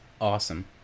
awesome